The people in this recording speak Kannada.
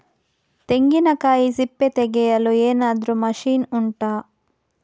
ತೆಂಗಿನಕಾಯಿ ಸಿಪ್ಪೆ ತೆಗೆಯಲು ಏನಾದ್ರೂ ಮಷೀನ್ ಉಂಟಾ